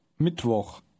Mittwoch